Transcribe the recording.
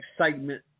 excitement